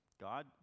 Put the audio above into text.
God